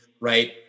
right